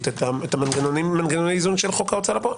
את מנגנוני האיזון של חוק ההוצאה לפועל.